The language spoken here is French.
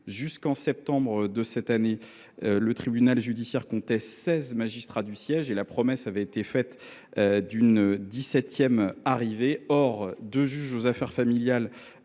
mois de septembre de cette année, le tribunal judiciaire comptait 16 magistrats du siège et la promesse avait été faite d’une dix septième arrivée. Or deux juges aux affaires familiales